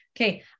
okay